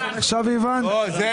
רוויזיה.